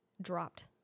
dropped